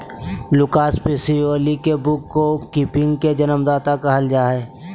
Lucas Pacioli के book keeping के जन्मदाता कहल जा हइ